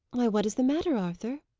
why, what is the matter, arthur?